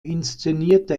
inszenierte